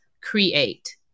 create